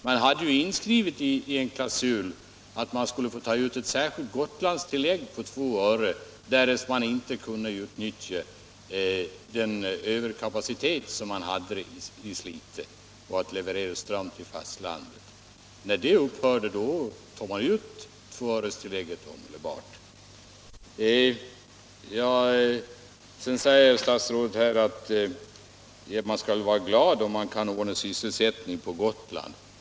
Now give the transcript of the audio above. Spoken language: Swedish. Det fanns ju inskrivet i en klausul att man skulle få ta ut ett särskilt Gotlandstillägg på två öre, därest det inte var möjligt att utnyttja den överkapacitet som fanns i Slite för att leverera ström till fastlandet. När det upphörde tog man ut tvåörestillägget omedelbart. Vidare säger statsrådet här att man skall vara glad om man kan ordna sysselsättning på Gotland.